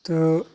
تہٕ